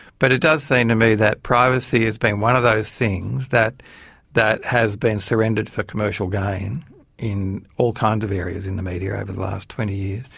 but it does seem to me that privacy has been one of those things that that has been surrendered for commercial gain in all kinds of areas in the media over the last twenty